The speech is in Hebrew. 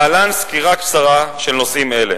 להלן סקירה קצרה של נושאים אלה: